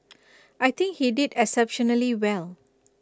I think he did exceptionally well